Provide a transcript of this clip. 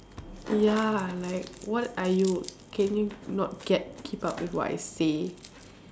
ya like what are you can you not get keep up with what I say